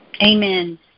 Amen